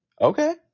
Okay